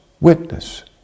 witness